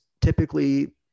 typically